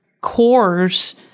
cores